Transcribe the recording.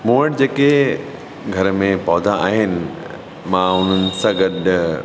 मूं वटि जेके घर में पौधा आहिनि मां उन्हनि सां गॾु